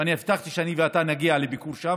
והבטחתי שאני ואתה נגיע לביקור שם,